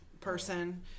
person